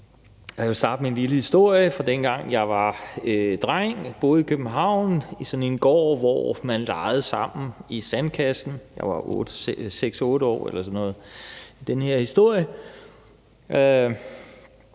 Jeg kan jo starte med en lille historie, fra dengang jeg var dreng og boede i København i sådan en gård, hvor man legede sammen i sandkassen. Jeg var 6-8 år eller sådan noget i den her historie.